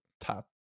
top